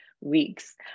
weeks